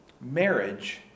Marriage